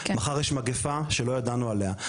מחר יש מגיפה שלא ידענו עליה,